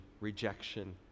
rejection